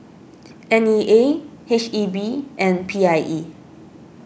N E A H E B and P I E